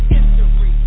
History